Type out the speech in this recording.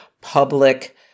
public